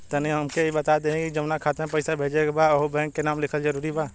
तनि हमके ई बता देही की जऊना खाता मे पैसा भेजे के बा ओहुँ बैंक के नाम लिखल जरूरी बा?